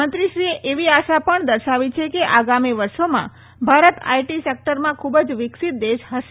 મંત્રીશ્રીએ એવી આશા પણ દર્શાવી કે આગામી વર્ષોમાં ભારત આઈટી સેકટરમાં ખુબ જ વિકસીત દેશ હશે